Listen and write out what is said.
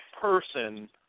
person